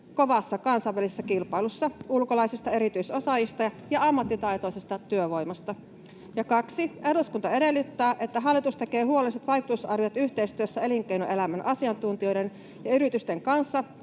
kovassa kansainvälisessä kilpailussa ulkolaisista erityisosaajista ja ammattitaitoisesta työvoimasta.” 2) ”Eduskunta edellyttää, että hallitus tekee huolelliset vaikutusarviot yhteistyössä elinkeinoelämän asiantuntijoiden ja yritysten kanssa